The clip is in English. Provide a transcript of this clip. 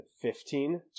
fifteen